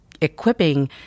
equipping